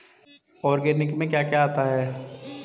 Organic में क्या क्या आता है?